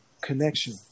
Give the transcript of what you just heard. connection